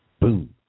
Boom